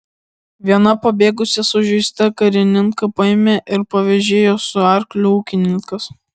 vieną pabėgusį sužeistą karininką paėmė ir pavėžėjo su arkliu ūkininkas